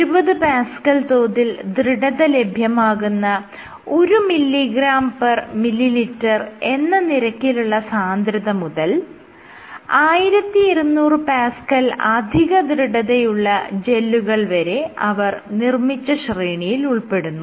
170Pa തോതിൽ ദൃഢത ലഭ്യമാകുന്ന 1mgml എന്ന നിരക്കിലുള്ള സാന്ദ്രത മുതൽ 1200Pa അധികദൃഢതയുള്ള ജെല്ലുകൾ വരെ അവർ നിർമ്മിച്ച ശ്രേണിയിൽ ഉൾപ്പെടുന്നു